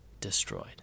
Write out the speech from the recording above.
destroyed